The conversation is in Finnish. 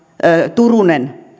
turunen